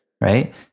Right